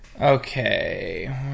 Okay